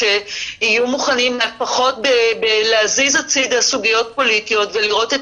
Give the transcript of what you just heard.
שיהיו מוכנים לפחות להזיז הצידה סוגיות פוליטיות ולראות את